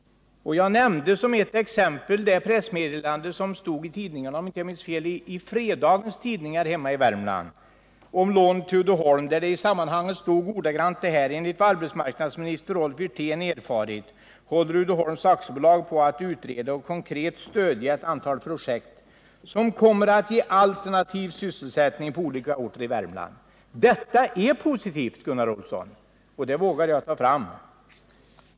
Som ett exempel har jag redan nämnt det pressmeddelande om lån till Uddeholms AB som återgavs i, om jag inte minns fel, fredagstidningarna hemma i Värmland och där det bl.a. stod följande: ”Enligt vad arbetsmarknadsminister Rolf Wirtén erfarit håller Uddeholms AB på att utreda och konkret stödja ett antal projekt som kommer att ge alternativ sysselsättning på olika orter i Värmland.” Detta är positivt, Gunnar Olsson, och det vågar jag ta fram.